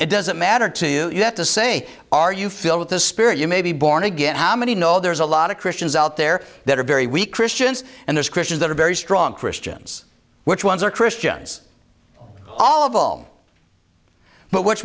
it doesn't matter to you you have to say are you filled with the spirit you may be born again how many know there's a lot of christians out there that are very weak christians and there's christians that are very strong christians which ones are christians all all of but which